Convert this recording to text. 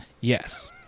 Yes